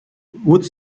would